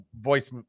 voice